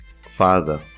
Father